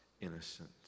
innocent